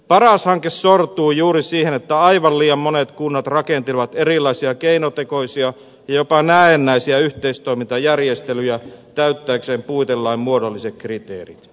paras hanke sortui juuri siihen että aivan liian monet kunnat rakentelivat erilaisia keinotekoisia ja jopa näennäisiä yhteistoimintajärjestelyjä täyttääkseen puitelain muodolliset kriteerit